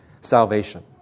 salvation